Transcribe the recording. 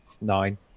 Nine